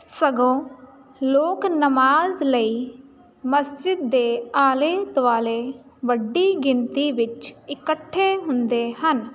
ਸਗੋਂ ਲੋਕ ਨਮਾਜ਼ ਲਈ ਮਸਜਿਦ ਦੇ ਆਲੇ ਦੁਆਲੇ ਵੱਡੀ ਗਿਣਤੀ ਵਿਚ ਇਕੱਠੇ ਹੁੰਦੇ ਹਨ